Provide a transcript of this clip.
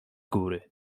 góry